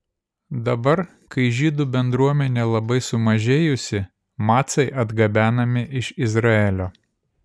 dabar kai žydų bendruomenė labai sumažėjusi macai atgabenami iš izraelio